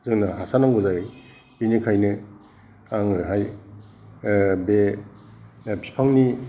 जोंनो हासार नांगौ जायो बिनिखायनो आङोहाय बे बिफांनि